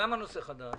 למה נושא חדש?